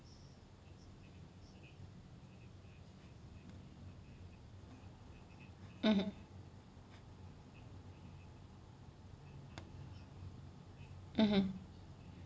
mmhmm mmhmm